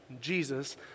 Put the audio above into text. Jesus